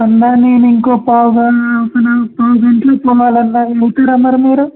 అన్నా నేను ఇంకో పావు గంటలో పోవాలన్నా బండి తీయరా మీరు